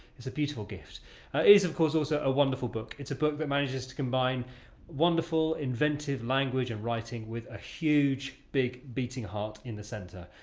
it's a beautiful gift. it is of course also a wonderful book. it's a book that manages to combine wonderful inventive language and writing with a huge big beating heart in the centre.